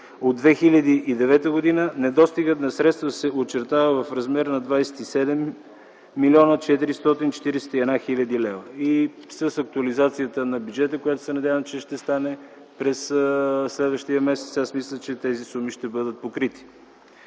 от 2009 г., недостигът на средства се очертава в размер на 27 млн. 441 хил. лв., и с актуализацията на бюджета, което се надявам, че ще стане през следващия месец, мисля, че тези суми ще бъдат покрити.